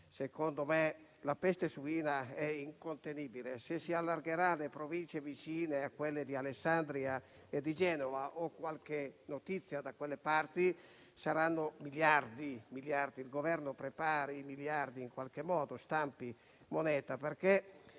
Secondo me, la peste suina è incontenibile; se si allargherà alle Province vicine, a quelle di Alessandria e di Genova - ho qualche notizia proveniente da quelle parti - saranno miliardi. Il Governo prepari miliardi in qualche modo, stampi moneta, perché